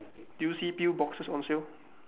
did you see pill boxes on sale